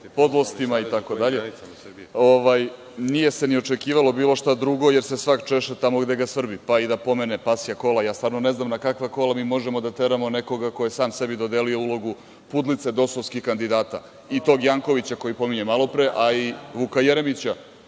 o podlostima i tako dalje. Nije se očekivalo bilo šta drugo, jer se svako češa tamo gde ga svrbi, pa i da pomene „pasija kola“. Ja stvarno ne znam na kakva kola mi možemo da teramo nekoga ko je sam sebi dodelio ulogu pudlice dosovskih kandidata i tog Jankovića koji pominjem malo pre, a i Vuka Jeremića